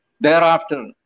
Thereafter